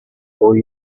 for